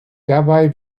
dabei